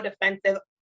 defensive